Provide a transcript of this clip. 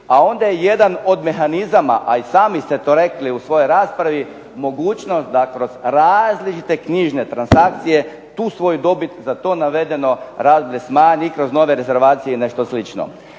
a onda je jedan od mehanizama, a sami ste to rekli u svojoj raspravi, mogućnost da kroz različite knjižne transakcije tu svoju dobit za to navedeno … smanji kroz nove rezervacije i nešto slično.